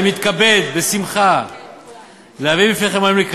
אני מתכבד להביא בפניכם היום,